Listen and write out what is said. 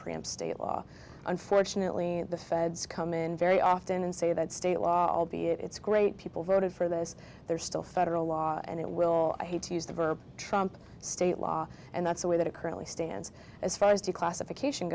preempt state law unfortunately the feds come in very often and say that state law albeit it's great people voted for this they're still federal law and it will i hate to use the verb trump state law and that's the way that it currently stands as far as declassification